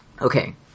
Okay